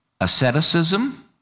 asceticism